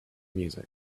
music